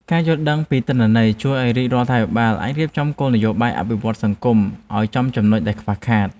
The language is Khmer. ការយល់ដឹងពីទិន្នន័យជួយឱ្យរាជរដ្ឋាភិបាលអាចរៀបចំគោលនយោបាយអភិវឌ្ឍន៍សង្គមឱ្យចំចំណុចដែលខ្វះខាត។